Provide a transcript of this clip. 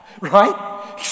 right